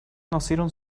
nacieron